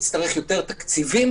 יצטרך יותר תקציבים,